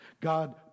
God